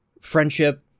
friendship